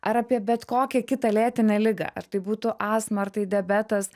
ar apie bet kokią kitą lėtinę ligą ar tai būtų astma ar tai diabetas